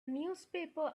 newspaper